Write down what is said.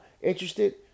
interested